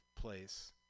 place